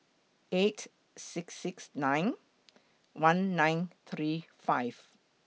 eight six six nine one nine three five